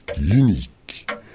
unique